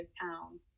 town